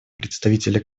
представителя